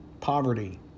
poverty